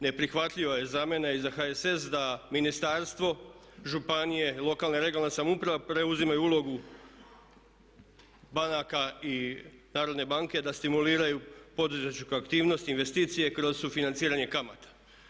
Neprihvatljivo je za mene i za HSS da ministarstvo, županije i lokalna i regionalna samouprava preuzimaju ulogu banaka i Narodne banke da stimuliraju poduzetničku aktivnost, investicije kroz sufinanciranje kamata.